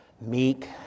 meek